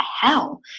hell